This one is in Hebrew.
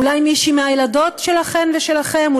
אולי מישהי מהילדות שלכן ושלכם?